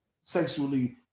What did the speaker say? sexually